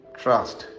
trust